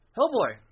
Hellboy